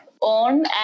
on